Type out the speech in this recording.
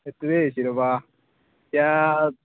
সেইটোৱেই হৈছে ৰ'বা এতিয়া